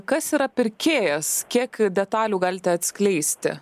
kas yra pirkėjas kiek detalių galite atskleisti